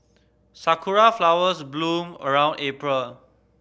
sakura flowers bloom around April